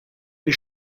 est